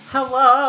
Hello